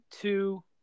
two